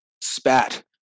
spat